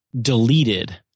deleted